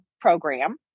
program